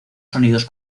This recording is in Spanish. sonidos